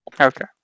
Okay